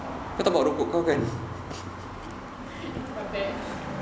it's not my bag